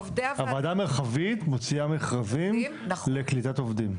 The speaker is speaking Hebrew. הוועדה המרחבית מוציאה מכרזים לקליטת עובדים.